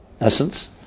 essence